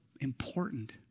important